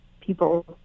people